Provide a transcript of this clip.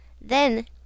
Then